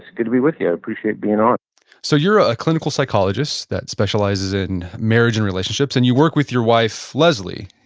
good to be with you. appreciate being on so you're a clinical psychologist that specializes in marriage and relationships and you work with your wife, leslie,